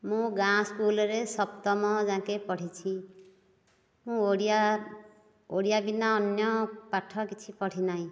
ମୁଁ ଗାଁ ସ୍କୁଲରେ ସପ୍ତମ ଯାଏଁକେ ପଢ଼ିଛି ମୁଁ ଓଡ଼ିଆ ଓଡ଼ିଆ ବିନା ଅନ୍ୟ ପାଠ କିଛି ପଢ଼ି ନାହିଁ